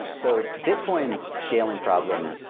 so bitcoin's scaling problem,